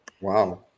Wow